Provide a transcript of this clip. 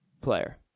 player